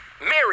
Mary